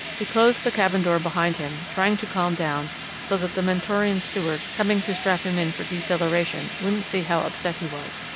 he closed the cabin door behind him, trying to calm down so that the mentorian steward, coming to strap him in for deceleration, wouldn't see how upset he was.